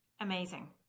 amazing